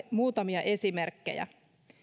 muutamia esimerkkejä